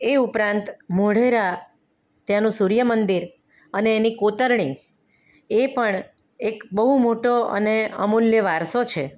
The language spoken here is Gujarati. એ ઉપરાંત મોઢેરા તેનું સૂર્યમંદિર અને એની કોતરણી એ પણ એક બહુ મોટો અને અમૂલ્ય વારસો છે